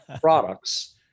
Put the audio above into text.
products